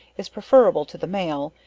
is preferable to the male,